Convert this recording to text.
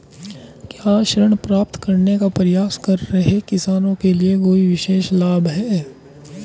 क्या ऋण प्राप्त करने का प्रयास कर रहे किसानों के लिए कोई विशेष लाभ हैं?